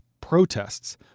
protests